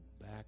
Back